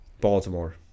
Baltimore